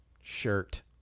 shirt